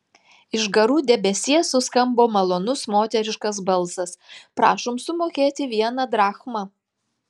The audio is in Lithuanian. iš garų debesies suskambo malonus moteriškas balsas prašom sumokėti vieną drachmą